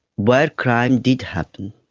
but crime did happen.